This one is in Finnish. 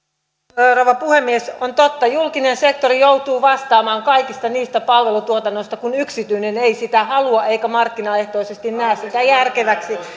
arvoisa rouva puhemies on totta että julkinen sektori joutuu vastaamaan kaikista niistä palvelutuotannoista kun yksityinen ei sitä halua eikä markkinaehtoisesti näe sitä järkeväksi